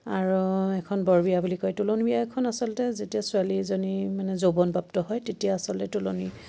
আৰু এখন বৰবিয়া বুলি কয় তোলনি বিয়াখন আচলতে যেতিয়া ছোৱালী এজনী মানে যৌৱনপ্ৰাপ্ত হয় তেতিয়া আচলতে তোলনি